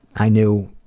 i knew